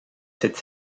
cette